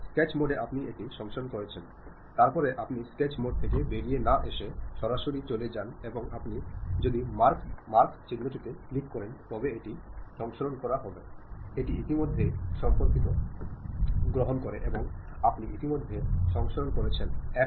sketch মোডে আপনি এটি সংরক্ষণ করেছেন তারপরে আপনি স্কেচ মোড থেকে বেরিয়ে না এসে সরাসরি চলে যান এবং আপনি যদি মার্ক চিহ্নটিতে ক্লিক করেন তবে এটি সংরক্ষণ করা এটি ইতিমধ্যে সাম্প্রতিক সংস্করণটি গ্রহণ করে যা আপনি ইতিমধ্যে সংরক্ষণ করেছেন FL